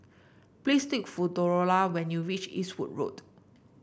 please take for Delora when you reach Eastwood Road